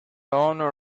owner